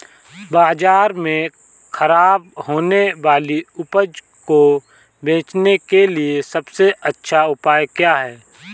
बाजार में खराब होने वाली उपज को बेचने के लिए सबसे अच्छा उपाय क्या हैं?